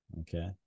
okay